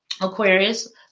Aquarius